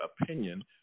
opinion